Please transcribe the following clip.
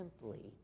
simply